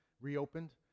reopened